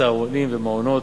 צהרונים ומעונות.